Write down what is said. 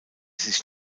sich